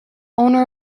owner